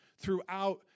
throughout